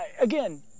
Again